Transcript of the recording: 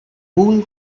wool